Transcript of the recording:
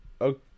Okay